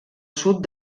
sud